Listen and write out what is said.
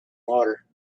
water